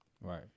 Right